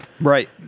right